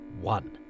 one